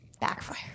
Backfire